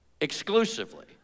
Exclusively